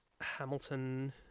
Hamilton